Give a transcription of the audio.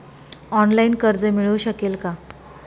Online कर्ज मिळू शकेल का?